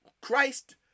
Christ